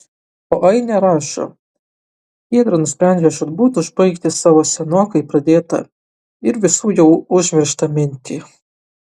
o ainė rašo giedra nusprendžia žūtbūt užbaigti savo senokai pradėtą ir visų jau užmirštą mintį